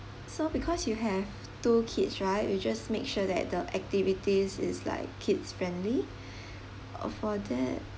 so because you have two kids right you just make sure that the activities is like kids friendly uh for that